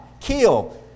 kill